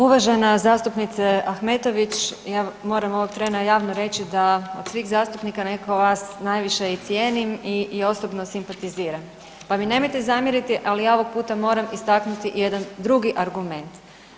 Uvažena zastupnice Ahmetović, ja moram ovog trena javno reći da od svih zastupnika nekako vas i najviše cijenim i osobno simpatiziram, pa mi nemojte zamjeriti ali ja ovog puta moram istaknuti jedan drugi argument.